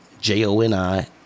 J-O-N-I